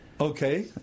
Okay